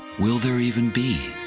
will there even be